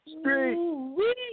Street